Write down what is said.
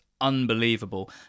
unbelievable